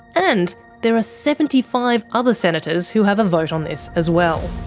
and there are seventy five other senators who have a vote on this as well.